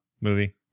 movie